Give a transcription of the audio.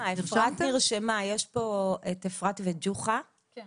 נמצאים פה אפרת וג'וחא, הם